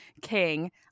king